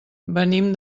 venim